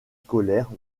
scolaire